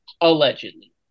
Allegedly